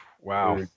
Wow